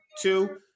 two